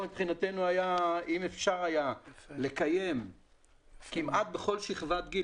אם אפשר היה לקיים כמעט בכל שכבת גיל,